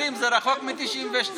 2020 זה רחוק מ-1992.